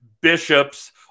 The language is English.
Bishops